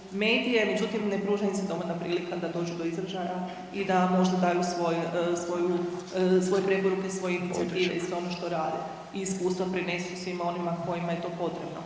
medije, međutim, ne pruža im se dovoljna prilika da dođu do izražaja i da možda daju svoj, svoju, svoje preporuke, svoje inicijative i sve ono što rade i iskustva prenesu svima onima kojima je to potrebno.